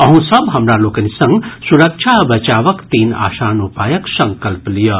अहूँ सभ हमरा लोकनि संग सुरक्षा आ बचावक तीन आसान उपायक संकल्प लियऽ